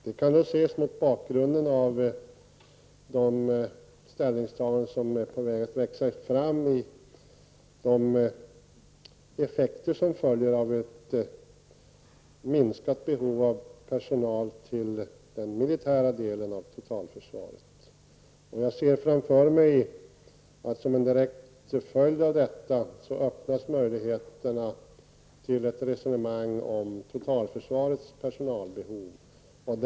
Det kan ses mot bakgrund av de ställningstaganden som är på väg att växa fram till följd av ett minskat behov av personal i den militära delen av totalförsvaret. Jag ser framför mig, som en direkt följd av detta, att möjligheterna till ett resonemang om totalförsvarets personalbehov öppnas.